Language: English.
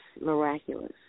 miraculous